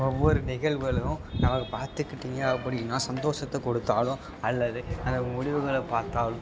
ஒவ்வொரு நிகழ்வுகளும் நமக்கு பார்த்துக்கிட்டீங்க அப்படின்னா சந்தோஷத்த கொடுத்தாலும் அல்லது அந்த முடிவுகளை பார்த்தால்